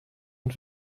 und